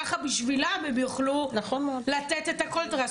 ככה בשבילם הם יוכלו לתת את הקונטרה.